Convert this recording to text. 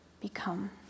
become